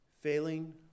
Failing